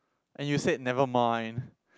and you said never mind